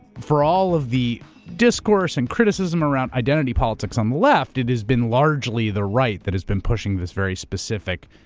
for all of the discourse and criticism around identity politics on the left, it has been largely the right that has been pushing this very specific,